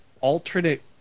alternate